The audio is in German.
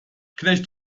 knecht